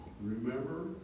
Remember